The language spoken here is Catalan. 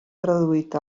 traduït